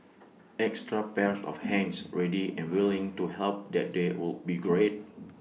extra pairs of hands ready and willing to help that day would be great